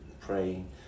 praying